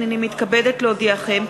הנני מתכבדת להודיעכם,